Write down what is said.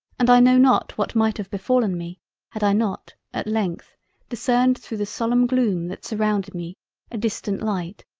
and i know not what might have befallen me had i not at length discerned thro' the solemn gloom that surrounded me a distant light,